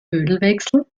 ölwechsel